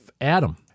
Adam